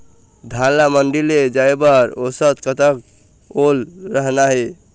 धान ला मंडी ले जाय बर औसत कतक ओल रहना हे?